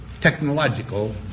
technological